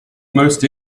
most